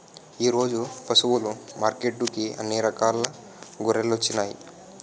ఈరోజు పశువులు మార్కెట్టుకి అన్ని రకాల గొర్రెలొచ్చినాయ్